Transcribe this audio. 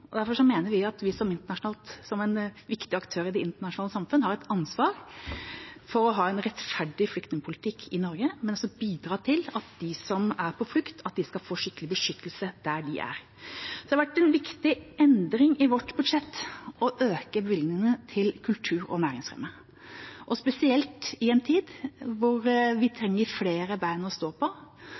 Derfor mener vi at vi som en viktig aktør i det internasjonale samfunn har ansvar for å ha en rettferdig flyktningpolitikk i Norge, men også bidra til at de som er på flukt, skal få skikkelig beskyttelse der de er. Det har vært en viktig endring i vårt budsjett å øke bevilgningene til kultur og næringsfremme. Spesielt i en tid hvor vi trenger flere bein å stå på,